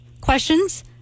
questions